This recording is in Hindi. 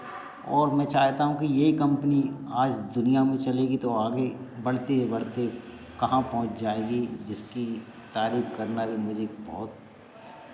और मैं चाहता हूँ कि ये कंपनी आज दुनियाँ में चलेगी तो आगे बढ़ते बढ़ते कहाँ पहुँच जाएगी जिसकी तारीफ करना भी मुझे बहुत